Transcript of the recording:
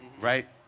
right